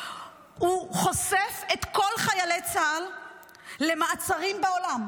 הוא חושף את כל חיילי צה"ל למעצרים בעולם.